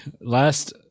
Last